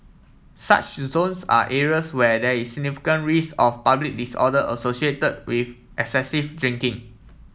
such zones are areas where there is risk of public disorder associated with excessive drinking